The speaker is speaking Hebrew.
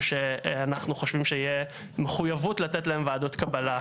שאנחנו חושבים שיהיה מחויבות לתת להם ועדות קבלה.